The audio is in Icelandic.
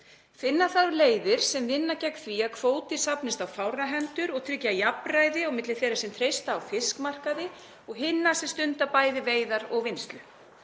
Finna þarf leiðir sem vinna gegn því að kvóti safnist á fárra hendur og tryggja jafnræði milli þeirra sem treysta á fiskmarkaði og hinna sem stunda bæði veiðar og vinnslu.